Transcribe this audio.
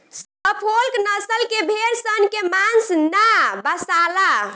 Suffolk नसल के भेड़ सन के मांस ना बासाला